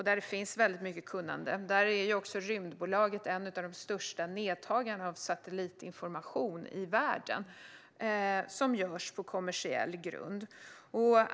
Där finns det väldigt mycket kunnande, och där är Rymdaktiebolaget en av världens största nedtagare av satellitinformation på kommersiell grund.